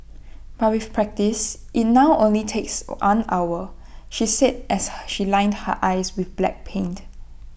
but with practice IT now only takes one hour she said as she lined her eyes with black paint